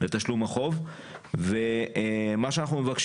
מה נעשה